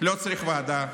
לא צריך ועדה,